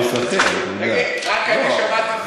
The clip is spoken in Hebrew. רק אני שמעתי,